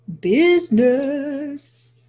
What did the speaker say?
business